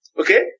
Okay